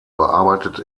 bearbeitet